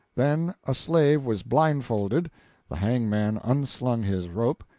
then a slave was blindfolded the hangman unslung his rope.